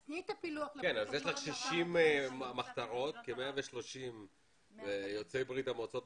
יש לך 60 מחתרות, כ-130 יוצאי ברית המועצות.